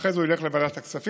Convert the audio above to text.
אחרי זה הוא ילך לוועדת הכספים,